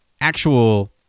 actual